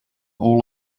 all